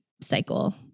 cycle